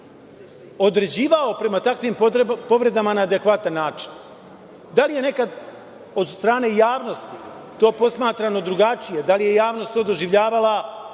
određivao prema takvim povredama na adekvatan način. Da li je nekad od strane javnosti to posmatrano drugačije, da li je javnost to doživljavala